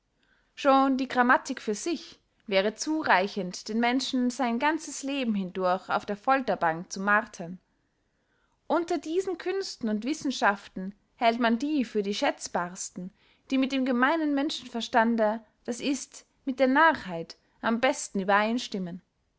schon die grammatik für sich wäre zureichend den menschen sein ganzes leben hindurch auf der folterbank zu martern unter diesen künsten und wissenschaften hält man die für die schätzbarsten die mit dem gemeinen menschenverstande das ist mit der narrheit am besten übereinstimmen